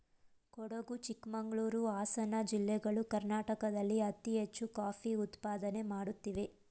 ಕೊಡಗು ಚಿಕ್ಕಮಂಗಳೂರು, ಹಾಸನ ಜಿಲ್ಲೆಗಳು ಕರ್ನಾಟಕದಲ್ಲಿ ಅತಿ ಹೆಚ್ಚು ಕಾಫಿ ಉತ್ಪಾದನೆ ಮಾಡುತ್ತಿವೆ